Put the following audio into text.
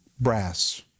brass